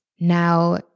Now